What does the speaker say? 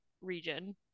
region